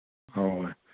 اَوا